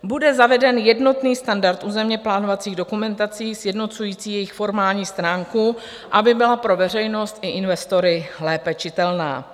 Bude zaveden jednotný standard územněplánovacích dokumentací sjednocující jejich formální stránku, aby byla pro veřejnost i investory lépe čitelná.